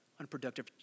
unproductive